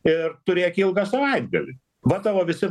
ir turėk ilgą savaitgalį va tavo visi